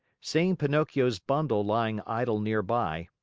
seeing pinocchio's bundle lying idle near-by,